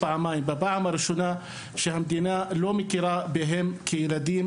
בפעם הראשונה הם משלמים על כך שהמדינה לא מכירה בהם כילדים